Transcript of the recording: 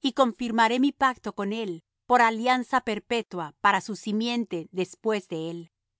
y confirmaré mi pacto con él por alianza perpetua para su simiente después de él